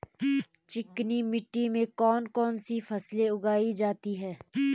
चिकनी मिट्टी में कौन कौन सी फसल उगाई जाती है?